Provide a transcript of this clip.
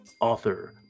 author